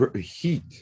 heat